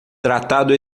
tratado